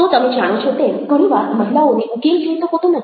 તો તમે જાણો છો તેમ ઘણી વાર મહિલાઓને ઉકેલ જોઈતો હોતો નથી